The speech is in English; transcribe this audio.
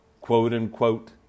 quote-unquote